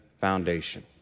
foundation